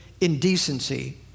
indecency